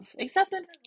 Acceptance